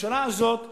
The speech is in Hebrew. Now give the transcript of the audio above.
הממשלה הזאת השנה,